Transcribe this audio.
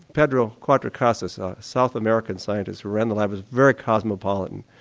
pedro cuatrecasas, a south american scientist who ran the lab was very cosmopolitan,